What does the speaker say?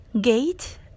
gate